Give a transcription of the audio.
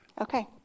Okay